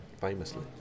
famously